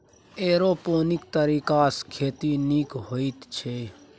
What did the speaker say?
aeroponics तरीकासँ खेती नीक होइत छै